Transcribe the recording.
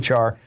HR